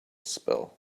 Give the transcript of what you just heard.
spill